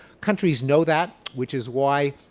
countries know that which is why,